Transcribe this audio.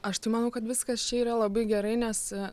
aš tai manau kad viskas čia yra labai gerai nes